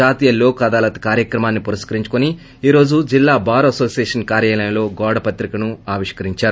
జాతీయ లోక్ అదాలత్ కార్యక్రమాన్ని పురప్కరించుకోని ఈ రోజు జిల్లా బార్ అనోసియేషన్ కార్యాలయంలో గోడపత్రికను ఆమె ఆవిష్కరించారు